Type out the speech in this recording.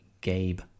gabe